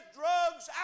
drugs